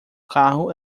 carro